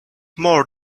more